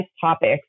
topics